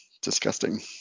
disgusting